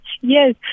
Yes